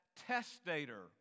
testator